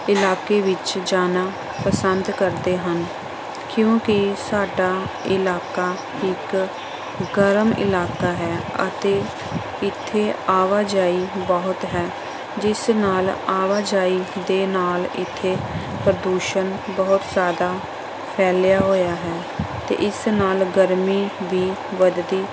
ਇਲਾਕੇ ਵਿੱਚ ਜਾਣਾ ਪਸੰਦ ਕਰਦੇ ਹਨ ਕਿਉਂਕਿ ਸਾਡਾ ਇਲਾਕਾ ਇੱਕ ਗਰਮ ਇਲਾਕਾ ਹੈ ਅਤੇ ਇੱਥੇ ਆਵਾਜਾਈ ਬਹੁਤ ਹੈ ਜਿਸ ਨਾਲ ਆਵਾਜਾਈ ਦੇ ਨਾਲ ਇੱਥੇ ਪ੍ਰਦੂਸ਼ਣ ਬਹੁਤ ਜ਼ਿਆਦਾ ਫੈਲਿਆ ਹੋਇਆ ਹੈ ਅਤੇ ਇਸ ਨਾਲ ਗਰਮੀ ਵੀ ਵੱਧਦੀ